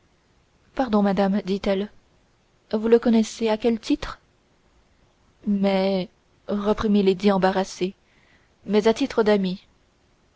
pardon madame dit-elle vous le connaissez à quel titre mais reprit milady embarrassée mais à titre d'ami